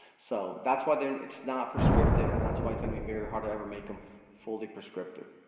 so that's why it's not prescriptive, and that's why it's gonna be very hard to ever make em fully prescriptive.